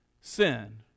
Sin